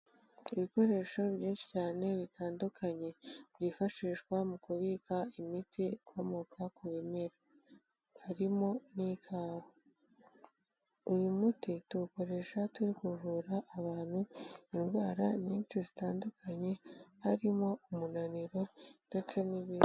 Ibikoresho byinshi cyane bitandukanye byifashishwa mu kubika imiti ikomoka ku bimera, harimo nk'ikawa. Uyu muti tuwukoresha turi kuvura abantu indwara nyinshi zitandukanye harimo umunaniro ndetse n'ibindi.